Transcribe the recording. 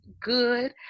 good